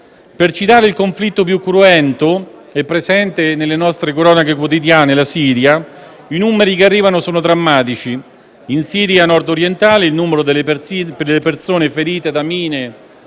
Per citare il conflitto più cruento e presente nelle nostre cronache quotidiane, cioè quello siriano, i numeri che arrivano sono drammatici: nella Siria nord-orientale il numero delle persone ferite da mine,